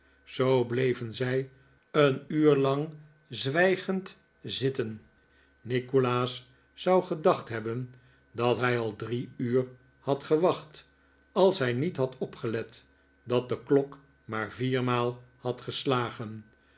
zoo bleven zij een uur lang zwijgend zitten nikolaas zou gedacht hebben dat hij al drie uur had gewacht als hij niet had opgelet dat de klok maar viermaal had geslagen